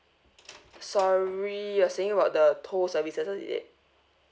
sorry you're saying about the toll services is it